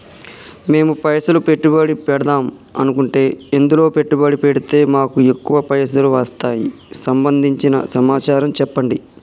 మేము పైసలు పెట్టుబడి పెడదాం అనుకుంటే ఎందులో పెట్టుబడి పెడితే మాకు ఎక్కువ పైసలు వస్తాయి సంబంధించిన సమాచారం చెప్పండి?